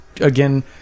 again